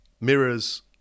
mirrors